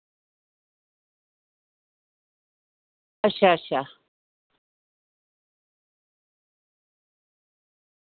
अच्छा अच्छा